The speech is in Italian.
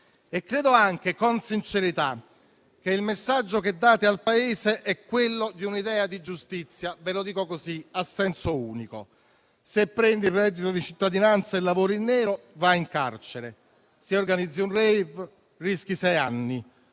E credo anche, con sincerità, che il messaggio che date al Paese sia quello di un'idea di giustizia a senso unico. Se prendi il reddito di cittadinanza e lavori in nero, vai in carcere; se organizzi un *rave*, rischi sei anni;